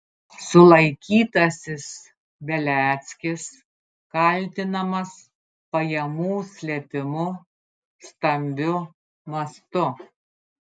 sulaikytasis beliackis kaltinamas pajamų slėpimu stambiu mastu